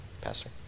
Pastor